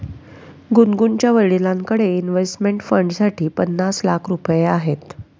गुनगुनच्या वडिलांकडे इन्व्हेस्टमेंट फंडसाठी पन्नास लाख रुपये आहेत